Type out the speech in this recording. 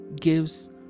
gives